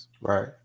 Right